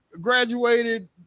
graduated